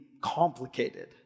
complicated